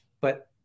But-